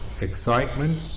excitement